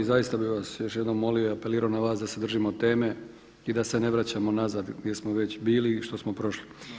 Zaista bih vas još jednom molio i apelirao na vas da se držimo teme i da se ne vraćamo nazad gdje smo već bili i što smo prošli.